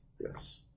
Yes